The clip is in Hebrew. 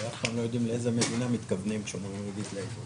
אף פעם לא יודעים לאיזו מדינה מתכוונים כשאומרים ריבית ליבור.